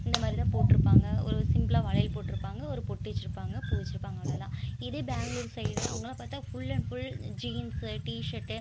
இந்தமாதிரி தான் போட்டிருப்பாங்க ஒரு சிம்பிளா வளையல் போட்டிருப்பாங்க ஒரு பொட்டு வச்சிருப்பாங்கள் பூ வச்சிருப்பாங்கள் அவ்வளோ தான் இதே பேங்களூர் சைடு அவங்கள்லாம் பார்த்த full and full jeans T shirt